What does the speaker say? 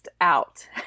out